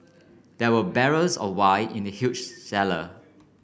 there were barrels of wine in the huge cellar